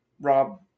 Rob